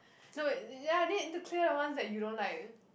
no it ya need to clear the ones that you don't like